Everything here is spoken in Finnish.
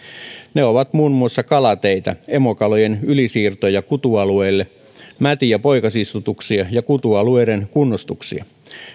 ne ovat muun muassa kalateitä emokalojen ylisiirtoja kutualueille mäti ja poikasistutuksia ja kutualueiden kunnostuksia